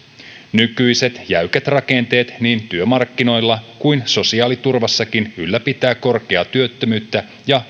nykyiset jäykät rakenteet niin työmarkkinoilla kuin sosiaaliturvassakin ylläpitävät korkeaa työttömyyttä ja